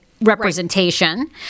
representation